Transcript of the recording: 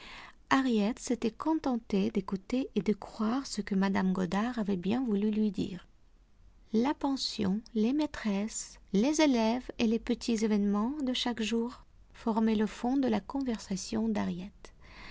harriet s'était contentée d'écouter et de croire ce que mme goddard avait bien voulu lui dire la pension les maîtresses les élèves et les petits événements de chaque jour formaient le fond de la conversation d'harriet